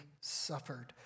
suffered